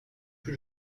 plus